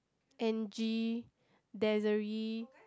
Angie Desiree